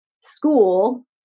school